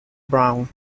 brown